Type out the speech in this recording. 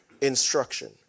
instruction